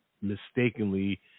mistakenly